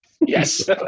Yes